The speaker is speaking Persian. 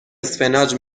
اسفناج